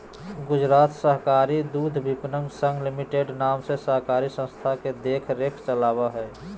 गुजरात सहकारी दुग्धविपणन संघ लिमिटेड नाम के सहकारी संस्था के देख रेख में चला हइ